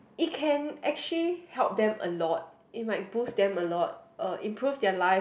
it can actually help them a lot it might boost them a lot uh improve their life